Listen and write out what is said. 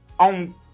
On